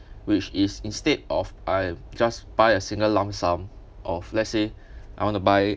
which is instead of I just buy a single lump sum of let's say I want to buy